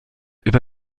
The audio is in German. über